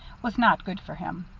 was not good for him.